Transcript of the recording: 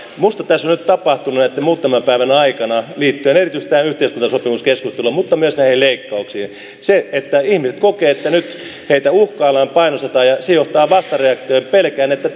minusta tässä on nyt tapahtunut niin että muutaman päivän aikana liittyen erityisesti tähän yhteiskuntasopimuskeskusteluun mutta myös näihin leikkauksiin se että ihmiset kokevat että nyt heitä uhkaillaan painostetaan johtaa vastareaktioon pelkään että